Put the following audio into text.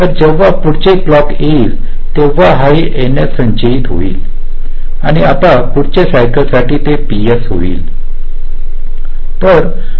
तर जेव्हा पुढचे क्लॉक येईल तेव्हा ही एनएस संचयित होईल आणि आता पुढच्या सायकल साठी ती पीएस होईल